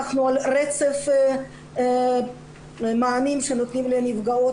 אנחנו על רצף ומענים שנותנים לנפגעות